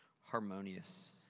Harmonious